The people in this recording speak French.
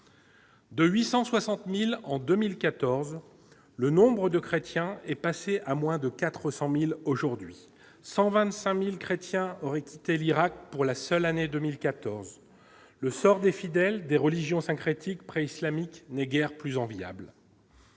De 860000 en 2014 le nombre de chrétiens est passé à moins de 400000 aujourd'hui, 125000 chrétiens auraient quitté l'Irak pour la seule année 2014, le sort des fidèles des religion syncrétique préislamique n'est guère plus enviable.